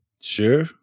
Sure